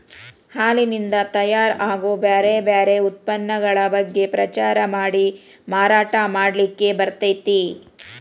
ಹಾಲಿನಿಂದ ತಯಾರ್ ಆಗೋ ಬ್ಯಾರ್ ಬ್ಯಾರೆ ಉತ್ಪನ್ನಗಳ ಬಗ್ಗೆ ಪ್ರಚಾರ ಮಾಡಿ ಮಾರಾಟ ಮಾಡ್ಲಿಕ್ಕೆ ಬರ್ತೇತಿ